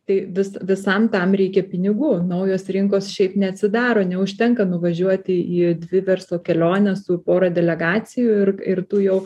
tai vis visam tam reikia pinigų naujos rinkos šiaip neatsidaro neužtenka nuvažiuoti į dvi verslo keliones su pora delegacijų ir ir tu jau